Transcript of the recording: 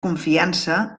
confiança